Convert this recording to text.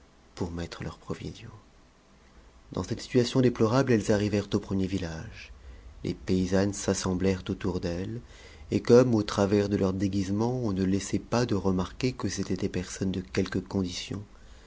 pour mettre leurs provisions dans cette situation déplorable elles arrivèrent au premier village les paysannes s'assemblèrent autour d'elles et comme au travers de leur déguisement on ne laissait pas de remarquer que c'étaient des personnes de quelque condition